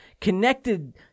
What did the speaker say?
connected